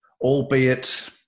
albeit